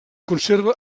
conserva